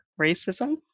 racism